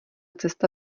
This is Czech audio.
cesta